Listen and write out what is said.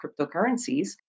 cryptocurrencies